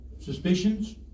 suspicions